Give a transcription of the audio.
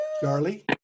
Charlie